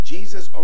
Jesus